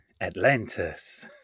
atlantis